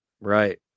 right